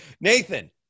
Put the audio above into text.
Nathan